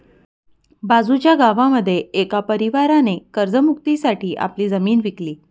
बाजूच्या गावामध्ये एका परिवाराने कर्ज मुक्ती साठी आपली जमीन विकली